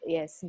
Yes